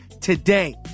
today